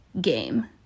game